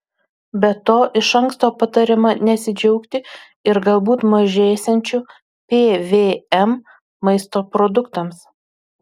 be to iš anksto patariama nesidžiaugti ir galbūt mažėsiančiu pvm maisto produktams